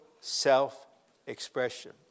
self-expression